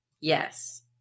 Yes